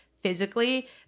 physically